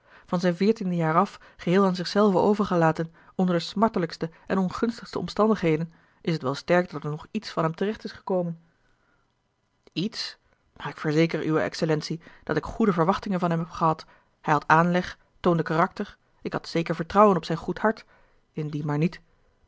van zijn veertiende jaar af geheel aan zich zelven overgelaten onder de smartelijkste en ongunstigste omstandigheden is het wel sterk dat er nog iets van hem te recht is gekomen iets maar ik verzeker uwe excellentie dat ik goede verwachtingen van hem heb gehad hij had aanleg toonde karakter ik had zeker vertrouwen op zijn goed hart indien maar niet